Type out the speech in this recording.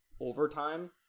overtime